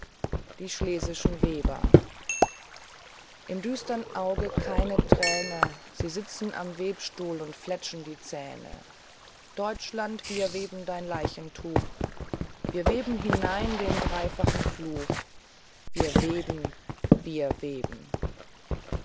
die schlesischen weber im düstern auge keine träne sie sitzen am webstuhl und fletschen die zähne deutschland wir weben dein leichentuch wir weben hinein den dreifachen fluch wir weben wir weben